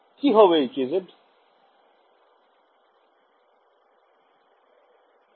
কি হবে এই kz